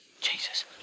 Jesus